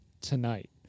tonight